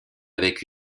avec